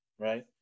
right